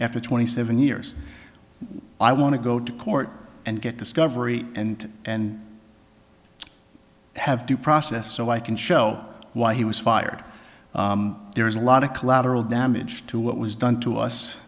after twenty seven years i want to go to court and get discovery and and have due process so i can show why he was fired there is a lot of collateral damage to what was done to us